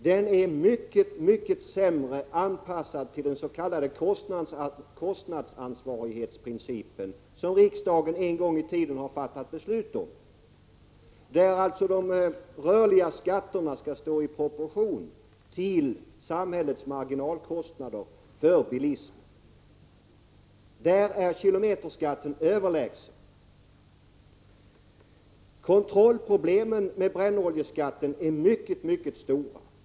Den är mycket sämre anpassad till den s.k. kostnadsansvarsprincipen, som riksdagen en gång i tiden har fattat beslut om och som alltså innebär att de rörliga 131 skatterna skall vara i proportion till samhällets marginalkostnader för bilismen. Därför är kilometerskatten överlägsen. Kontrollproblemen när det gäller brännoljeskatten är mycket stora.